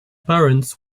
parents